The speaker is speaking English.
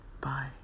Bye